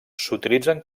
s’utilitzen